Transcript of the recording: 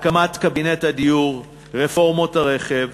הקמת קבינט הדיור, רפורמות הרכב,